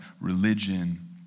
religion